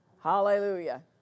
Hallelujah